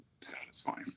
satisfying